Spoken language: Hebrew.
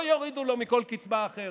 לא יורידו לו מכל קצבה אחרת.